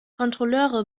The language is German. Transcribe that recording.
kontrolleure